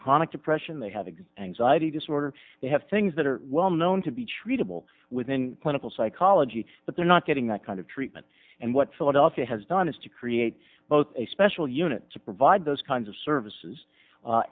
chronic depression they have a good anxiety disorder they have things that are well known to be treatable within clinical psychology but they're not getting that kind of treatment and what philadelphia has done is to create both a special unit to provide those kinds of services